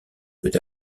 peut